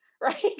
Right